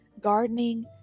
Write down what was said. gardening